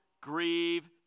grieve